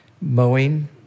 mowing